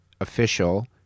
official